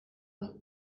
ans